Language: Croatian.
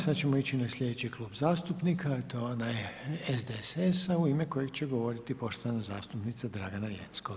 Sad ćemo ići na slijedeći klub zastupnika, a to je onaj SDSS-a u ime kojeg će govoriti poštovana zastupnica Dragana Jeckov.